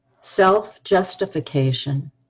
self-justification